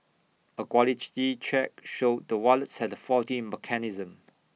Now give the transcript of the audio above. A quality check showed the wallets had faulty mechanism